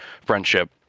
friendship